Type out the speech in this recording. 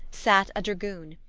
sat a dragoon,